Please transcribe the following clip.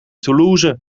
toulouse